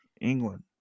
England